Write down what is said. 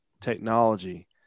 technology